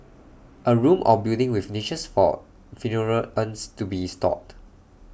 A room or building with niches for funeral urns to be stored